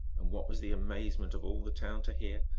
and what was the amazement of all the town to hear,